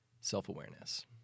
self-awareness